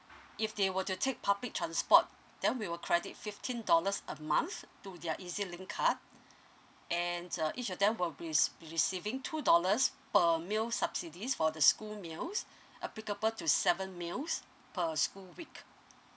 if they were to take public transport then we will credit fifteen dollars a month to their ezlink card and uh each of them will be receiving two dollars per meal subsidies for the school meals applicable to seven meals per school week